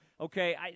Okay